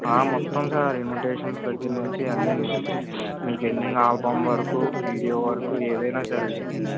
మొత్తం sir invitations దగ్గర నుంచి అన్నీ మీకు ఎండింగ్ ఆల్బమ్ వరకు వీడియో వరకు ఏదన్న సరే